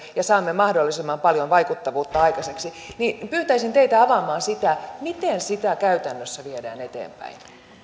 ja saamme mahdollisimman paljon vaikuttavuutta ja pyytäisin teitä avaamaan sitä miten sitä käytännössä viedään eteenpäin